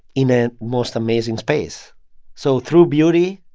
in a most amazing space so through beauty,